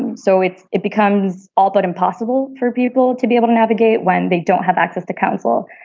and so it it becomes all but impossible for people to be able to navigate when they don't have access to counsel.